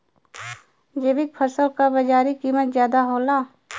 जैविक फसल क बाजारी कीमत ज्यादा होला